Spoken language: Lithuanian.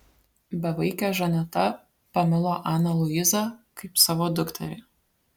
bevaikė žaneta pamilo aną luizą kaip savo dukterį